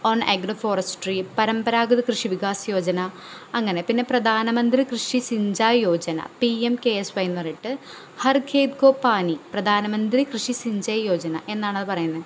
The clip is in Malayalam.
ഓൺ അഗ്രിഡ് ഫോറെസ്റ്റ് ട്രീ പരമ്പരാഗത് കൃഷി വികാസ് യോജന അങ്ങനെ പിന്നെ പ്രധാന മന്ത്രി കൃഷി ചിംഞ്ചാ യോജന പിഎംകെഎസ്വൈ എന്ന് പറഞ്ഞിട്ട് ഹർകേ കൊ പാനി പ്രധാനമന്ത്രി കൃഷി സിഞ്ചെയ് യോജനാ എന്നാണ് അത് പറയുന്നത്